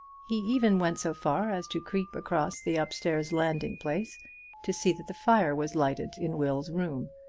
he even went so far as to creep across the up-stairs landing-place to see that the fire was lighted in will's room,